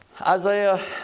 Isaiah